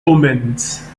omens